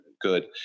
good